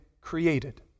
created